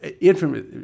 infamous